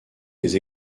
des